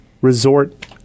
resort